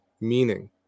meaning